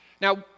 Now